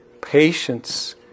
patience